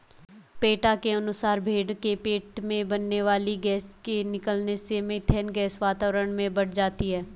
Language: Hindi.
पेटा के अनुसार भेंड़ के पेट में बनने वाली गैस के निकलने से मिथेन गैस वातावरण में बढ़ जाती है